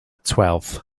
twelfth